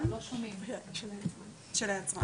מי שייפגע מזה ראשון זה הציבור המפוקח.